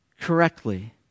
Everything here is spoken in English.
correctly